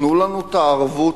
תנו לנו את הערבות,